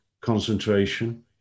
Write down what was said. concentration